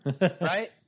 right